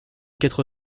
quatre